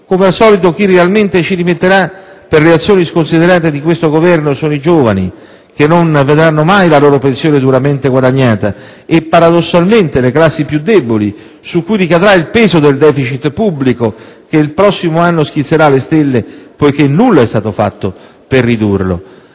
Come al solito, chi realmente ci rimetterà per le azioni sconsiderate di questo Governo sono i giovani, che non vedranno mai la loro pensione duramente guadagnata e, paradossalmente, le classi più deboli, su cui ricadrà il peso del *deficit* pubblico che il prossimo anno schizzerà alle stelle poiché nulla è stato fatto per ridurlo.